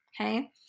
okay